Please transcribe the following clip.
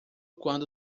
quando